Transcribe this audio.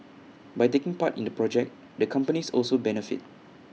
by taking part in the project the companies also benefit